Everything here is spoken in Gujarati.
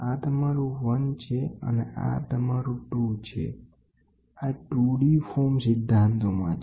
આ તમારું 1 છે અને આ તમારું 2 છે આ 2d ફોર્મ સિદ્ધાંતોમાં છે